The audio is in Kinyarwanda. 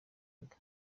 mbwa